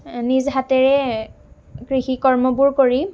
নিজ হাতেৰে কৃষিকৰ্মবোৰ কৰি